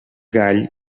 gall